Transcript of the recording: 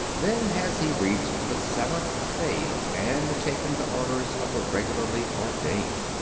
then has he reached the seventh stage, and taken the orders of the regularly ordained.